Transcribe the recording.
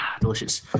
Delicious